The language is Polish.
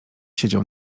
siedział